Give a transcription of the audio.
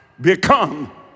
become